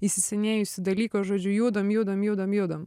įsisenėjusį dalyką žodžiu judam judam judam judam